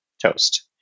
toast